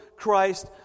Christ